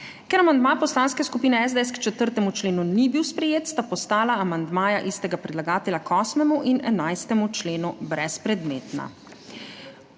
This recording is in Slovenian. Ker amandma Poslanske skupine SDS k 4. členu ni bil sprejet, sta postala amandmaja istega predlagatelja k 8. in 11. členu brezpredmetna.